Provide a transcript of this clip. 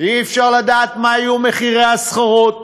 אי-אפשר לדעת מה יהיו מחירי הסחורות.